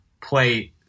play